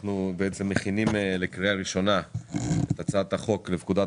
אנחנו מכינים לקריאה ראשונה את הצעת החוק לפקודת